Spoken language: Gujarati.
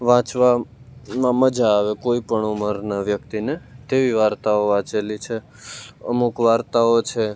વાંચવામાં મઝા આવે કોઈપણ ઉમરના વ્યક્તિને તેવી વાર્તાઓ વાંચેલી છે અમુક વાર્તાઓ છે